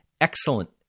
excellent